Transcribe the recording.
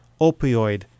opioid